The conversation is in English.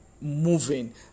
moving